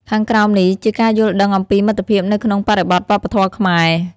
ខាងក្រោមនេះជា ការយល់ដឹងអំពីមិត្តភាពនៅក្នុងបរិបទវប្បធម៌ខ្មែរ។